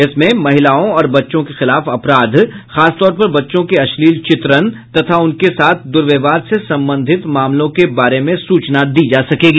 इसमें महिलाओं और बच्चों के खिलाफ अपराध खासतौर पर बच्चों के अश्लील चित्रण तथा उनके साथ द्र्वयवहार से संबंधित मामलों के बारे में सूचना दी जा सकेगी